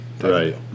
Right